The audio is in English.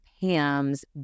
Pam's